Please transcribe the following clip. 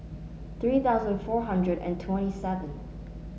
three thousand four hundred and twenty seven